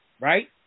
Right